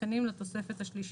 תקנים לתוספת השלישית,